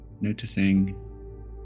noticing